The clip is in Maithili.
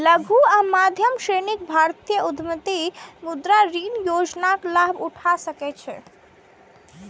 लघु आ मध्यम श्रेणीक भारतीय उद्यमी मुद्रा ऋण योजनाक लाभ उठा सकै छै